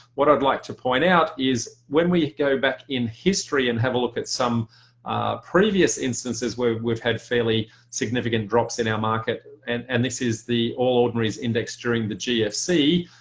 what i'd like to point out is when we go back in history and have a look at some previous instances where we've had fairly significant drops in our market and and this is the all ordinaries index during the gfc.